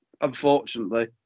unfortunately